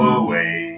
away